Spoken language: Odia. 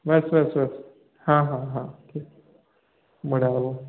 ବାସ୍ ବାସ୍ ବାସ୍ ହଁ ହଁ ହଁ ଠିକ୍ ବଢ଼ିଆ ହେବ